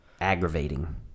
Aggravating